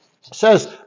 says